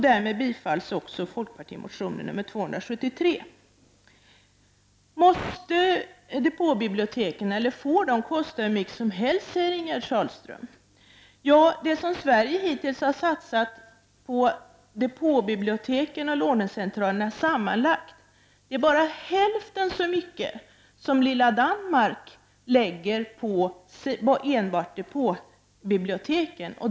Därmed bifalles också folkpartimotionen nr 273. Får depåbiblioteken kosta hur mycket som helst, frågar Ingegerd Sahlström. Det som Sverige hittills satsat på depåbibliotek och lånecentraler sammanlagt är bara hälften så mycket som lilla Danmark lägger på enbart depåbiblioteken.